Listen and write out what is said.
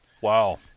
Wow